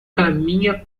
caminha